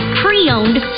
pre-owned